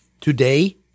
Today